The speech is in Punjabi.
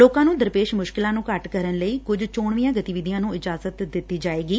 ਲੋਕਾਂ ਨੂੰ ਦਰਪੇਸ਼ ਮੁਸ਼ਕਲਾਂ ਨੂੰ ਘੱਟ ਕਰਨ ਲਈ ਕੁਝ ਚੋਣਵੀਆਂ ਗਤੀਵਿਧੀਆਂ ਨੂੰ ਇਜਾਜਤ ਦਿੱਤੀ ਜਾਏਗੀ